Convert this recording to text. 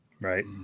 Right